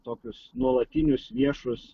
tokius nuolatinius viešus